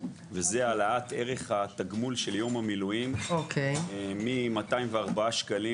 וזה העלאת ערך התגמול של יום המילואים מ-204 שקלים